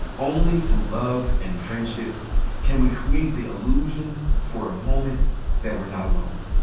only through love and friendship can we create the illusion for a moment that we're not alone.